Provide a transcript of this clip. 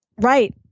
Right